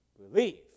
believe